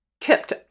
tipped